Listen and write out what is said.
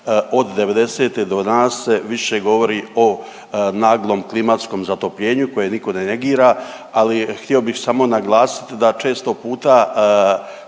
Od '90.-te do danas se više govori o naglom klimatskom zatopljenju koje niko ne negira, ali htio bih samo naglasiti da često puta